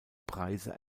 preise